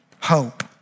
hope